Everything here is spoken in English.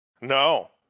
No